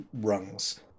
rungs